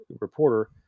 reporter